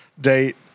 date